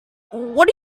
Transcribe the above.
what